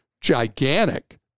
gigantic